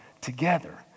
together